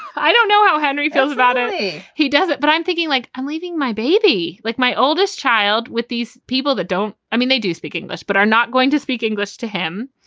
i don't know how henry feels about it. he does it. but i'm thinking like i'm leaving my baby, like my oldest child with these people that don't i mean, they do speak english but are not going to speak english to him.